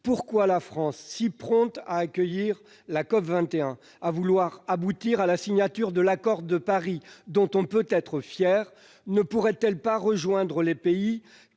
Pourquoi la France, si prompte à accueillir la COP21 et à vouloir aboutir à la signature de l'accord de Paris, dont nous pouvons être fiers, ne pourrait-elle pas rejoindre les pays